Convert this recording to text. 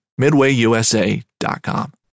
MidwayUSA.com